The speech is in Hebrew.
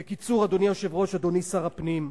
בקיצור, אדוני היושב-ראש, אדוני שר הפנים,